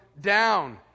down